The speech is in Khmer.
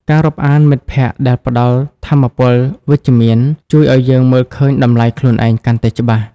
ការរាប់អានមិត្តភក្តិដែលផ្តល់ថាមពលវិជ្ជមាន ជួយឱ្យយើងមើលឃើញតម្លៃខ្លួនឯងកាន់តែច្បាស់។